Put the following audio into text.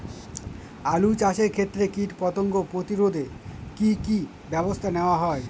আলু চাষের ক্ষত্রে কীটপতঙ্গ প্রতিরোধে কি কী ব্যবস্থা নেওয়া হয়?